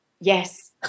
Yes